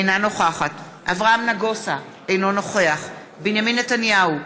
אינה נוכחת אברהם נגוסה, אינו נוכח בנימין נתניהו,